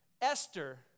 Esther